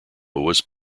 was